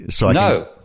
No